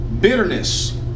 Bitterness